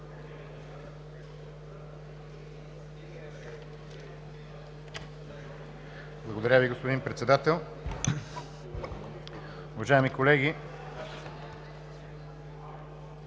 Благодаря Ви, господин Председател. Уважаеми колеги,